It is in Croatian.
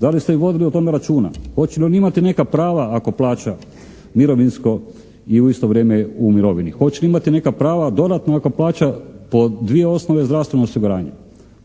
Da li ste vi vodili o tome računa? Hoće li on imati neka prava ako plaća mirovinsko i u isto vrijeme je u mirovini? Hoće li imati neka prava dodatna ako plaća po dvije osnove zdravstveno osiguranje?